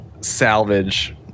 salvage